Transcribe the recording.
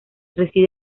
reside